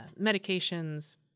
medications